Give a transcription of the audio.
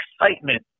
excitement